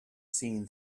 seen